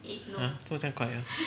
!huh! 做么这样怪的